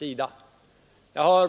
Fru talman!